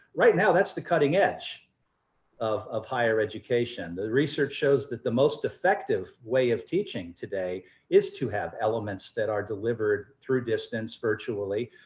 right now that's the cutting edge of of higher education. the research shows that the most effective way of teaching today is to have elements that are delivered through this virtually.